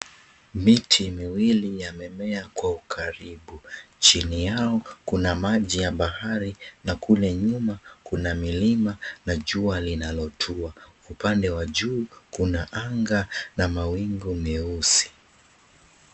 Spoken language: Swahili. Miti miwili yamemea kwa ukaribu. Chini yao kuna maji ya bahari na kule nyuma kuna milima na jua linalotua. Upande wa juu kuna anga na mawingu meusi.